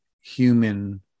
human